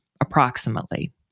approximately